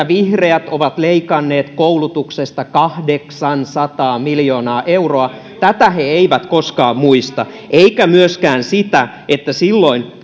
vihreät ovat leikanneet koulutuksesta kahdeksansataa miljoonaa euroa tätä he eivät koskaan muista eivätkä myöskään sitä että silloin